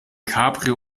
cabrio